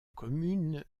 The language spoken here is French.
commune